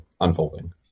unfolding